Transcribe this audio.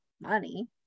money